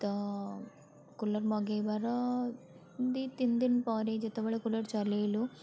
ତ କୁଲର୍ ମଗେଇବାର ଦୁଇ ତିନି ଦିନ ପରେ ଯେତେବେଳେ କୁଲର୍ ଚଲେଇଲୁ